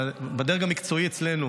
ובדרג המקצועי אצלנו